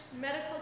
medical